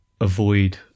avoid